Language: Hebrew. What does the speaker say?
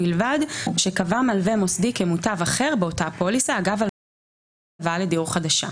ובלבד שקבע מלווה מוסדי כמוטב אחר באותה פוליסה אגב הלוואה לדיור חדשה,